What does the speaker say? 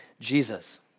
Jesus